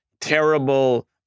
terrible